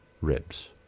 ribs